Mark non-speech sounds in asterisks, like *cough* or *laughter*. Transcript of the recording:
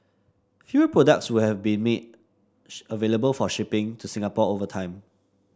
fewer products will have been made *unintelligible* available for shipping to Singapore over time